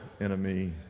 enemy